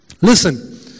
Listen